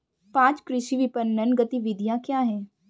पाँच कृषि विपणन गतिविधियाँ क्या हैं?